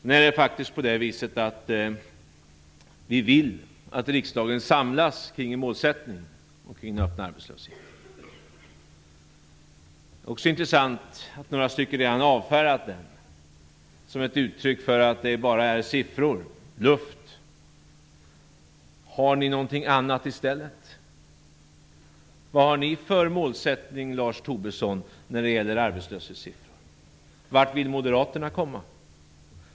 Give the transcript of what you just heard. Nu är det faktiskt på det viset att vi vill att riksdagen samlas kring en målsättning när det gäller den öppna arbetslösheten. Det är intressant att några redan har avfärdat den målsättningen som ett uttryck för att det bara handlar om siffror, luft. Men har ni något annat i stället? Vad har ni för målsättning, Lars Tobisson, när det gäller arbetslöshetssiffrorna? Vart vill Moderaterna komma?